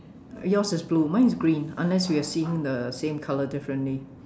yours is blue mine is green unless we are seeing the same color differently